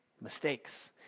mistakes